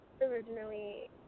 originally